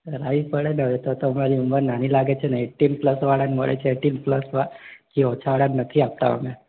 કરાવી પડે ને હવે તો તો તમારી ઉંમર નાની લાગે છે ને એટીન પ્લસ વાળાને મળે છે એટીન પ્લસવાળાથી ઓછાવાળા ને નથી આપતા અમે